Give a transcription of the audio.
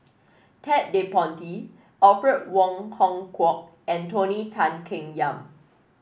Ted De Ponti Alfred Wong Hong Kwok and Tony Tan Keng Yam